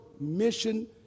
mission